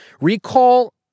Recall